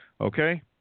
Okay